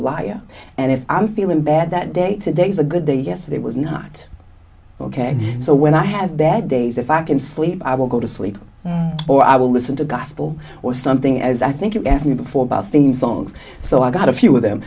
liar and if i'm feeling bad that day to day is a good day yesterday was not ok so when i have bad days if i can sleep i will go to sleep or i will listen to gospel or something as i think you asked me before about things songs so i got a few of them